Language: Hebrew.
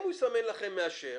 אם הוא מסמן לכם "מאשר"